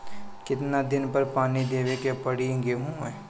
कितना दिन पर पानी देवे के पड़ी गहु में?